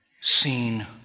seen